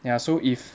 ya so if